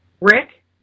Rick